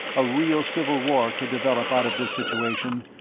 a real civil war could develop out of this situation,